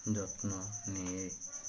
ଯତ୍ନ ନିଏ